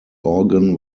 organ